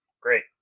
Great